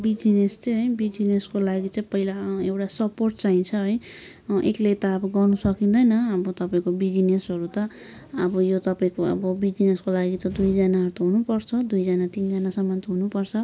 business चाहिँ है बिजनेसको लागि चाहिँ पहिला एउटा सपोर्ट चाहिन्छ है एक्लै त अब गर्न सकिँदेैन अब तपाईँको बिजनेसहरू त अब यो तपाईँको बिजनेसको लागि त दुईजनाहरू त हुनुपर्छ दुईजना तिनजनासम्म हुनपर्छ